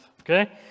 okay